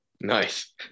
nice